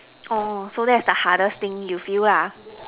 orh so that's the hardest thing you feel lah